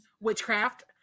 Witchcraft